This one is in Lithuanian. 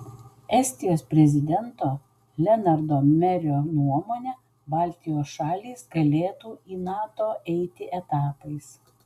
estijos prezidento lenardo merio nuomone baltijos šalys galėtų į nato eiti etapais